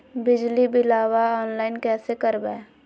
बिजली बिलाबा ऑनलाइन कैसे करबै?